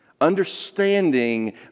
Understanding